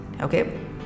okay